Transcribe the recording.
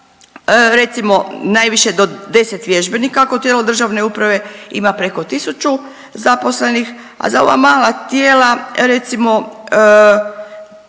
recimo najviše do 10 vježbenika ako tijelo državne uprave ima preko 1000 zaposlenih, a za ova mala tijela recimo